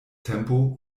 tempo